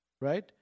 Right